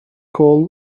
call